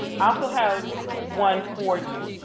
also have one for you.